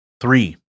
Three